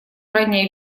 ранняя